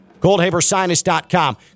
Goldhabersinus.com